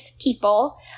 people